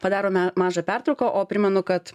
padarome mažą pertrauką o primenu kad